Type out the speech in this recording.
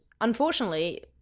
unfortunately